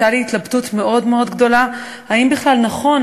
הייתה התלבטות מאוד מאוד גדולה אם בכלל נכון